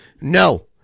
no